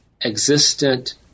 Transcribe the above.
existent